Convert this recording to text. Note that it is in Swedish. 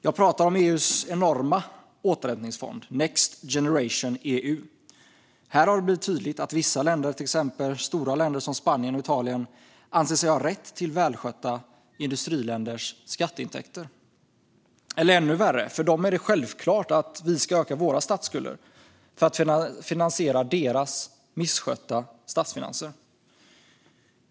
Jag pratar om EU:s enorma återhämtningsfond Next Generation EU. Här har det blivit tydligt att vissa länder, till exempel stora länder som Spanien och Italien, anser sig ha rätt till välskötta industriländers skatteintäkter. Eller ännu värre: För dem är det självklart att vi ska öka våra statsskulder för att finansiera deras misskötta statsfinanser.